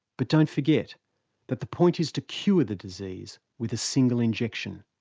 but don't forget that the point is to cure the disease with a single injection.